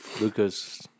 Lucas